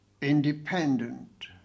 independent